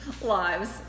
lives